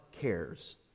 cares